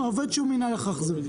עובד שמינה לכך.